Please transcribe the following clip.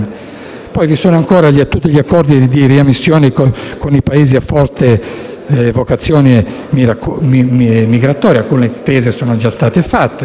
Poi vi sono, ancora, tutti gli accordi di riammissione con i Paesi a forte vocazione migratoria. Alcune intese sono già state fatte,